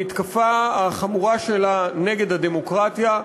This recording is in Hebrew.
המתקפה החמורה שלה נגד הדמוקרטיה,